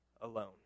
alone